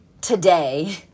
today